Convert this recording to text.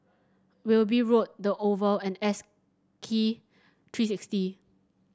Wilby Road the Oval and S Key three sixty